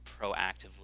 proactively